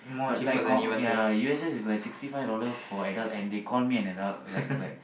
but like com~ ya U_S_S is like sixty five dollar for adult and they call me an adult like like